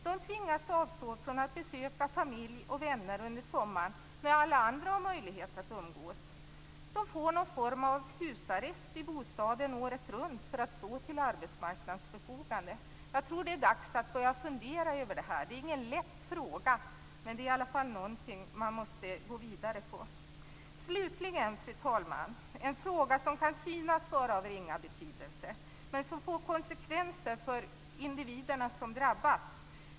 De tvingas avstå från att besöka familj och vänner under sommaren när alla andra har möjlighet att umgås. De får någon form av husarrest i bostaden året runt för att stå till arbetsmarknadens förfogande. Jag tror att det är dags att börja fundera över detta. Det är ingen lätt fråga, men det är någonting som vi måste gå vidare med. Slutligen, fru talman, en fråga som kan synas vara av ringa betydelse men som får konsekvenser för de individer som drabbas.